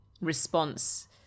response